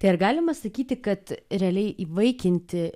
tai ar galima sakyti kad realiai įvaikinti